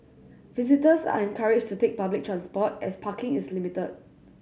visitors are encouraged to take public transport as parking is limited